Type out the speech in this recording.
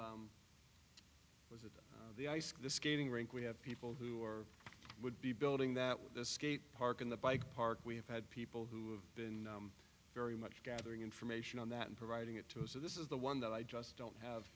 the ice skating rink we have people who are would be building that skate park in the bike park we have had people who have been very much gathering information on that and providing it to us so this is the one that i just don't have